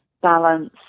balance